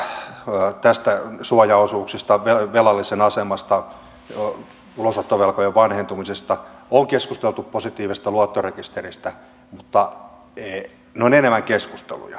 minulle on käynyt moni delegaatio tuomassa viestiä näistä suojaosuuksista velallisen asemasta ulosottovelkojen vanhentumisesta on keskusteltu positiivisesta luottorekisteristä mutta ne ovat enemmän keskusteluja